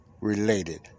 related